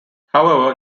however